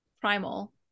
Primal